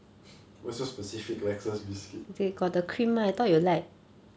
why so specific lexus biscuit